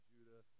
Judah